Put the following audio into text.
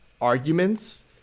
arguments